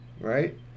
right